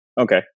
Okay